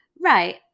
Right